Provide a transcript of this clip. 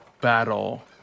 battle